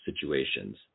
situations